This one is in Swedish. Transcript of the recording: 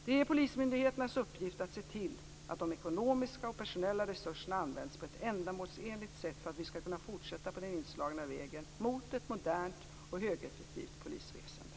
Det är polismyndigheternas uppgift att se till att de ekonomiska och personella resurserna används på ett ändamålsenligt sätt för att vi skall kunna fortsätta på den inslagna vägen mot ett modernt och högeffektivt polisväsende.